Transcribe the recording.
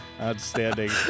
Outstanding